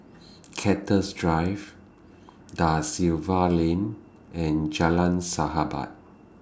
Cactus Drive DA Silva Lane and Jalan Sahabat